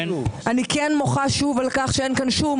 אני כן מוחה שוב על כך שאין כאן שום